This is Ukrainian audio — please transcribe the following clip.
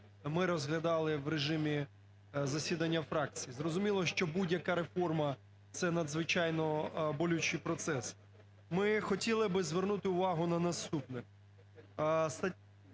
ми розглядали в режимі засідання фракції. Зрозуміло, що будь-яка реформа – це надзвичайно болючий процес. Ми хотіли би звернути увагу на наступне